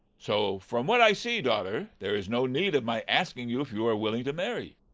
so, from what i see, daughter, there is no need of my asking you if you are willing to marry.